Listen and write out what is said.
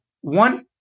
one